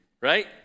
right